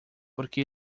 porque